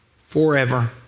Forever